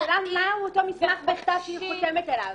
השאלה היא מהו אותו מסמך בכתב שהיא חותמת עליו.